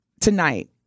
tonight